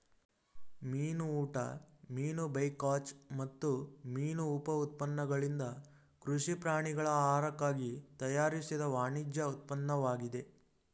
ಮೀನು ಊಟ ಮೀನು ಬೈಕಾಚ್ ಮತ್ತು ಮೀನು ಉಪ ಉತ್ಪನ್ನಗಳಿಂದ ಕೃಷಿ ಪ್ರಾಣಿಗಳ ಆಹಾರಕ್ಕಾಗಿ ತಯಾರಿಸಿದ ವಾಣಿಜ್ಯ ಉತ್ಪನ್ನವಾಗಿದೆ